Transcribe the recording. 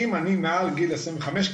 אם אני מעל גיל עשרים וחמש,